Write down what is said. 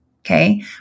Okay